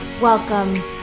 Welcome